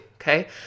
Okay